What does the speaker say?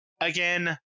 again